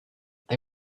they